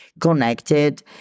connected